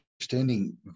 understanding